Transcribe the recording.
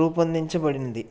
రూపొందించబడింది